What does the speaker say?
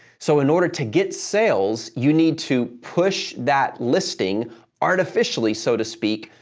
so, in order to get sales, you need to push that listing artificially so to speak,